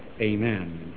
Amen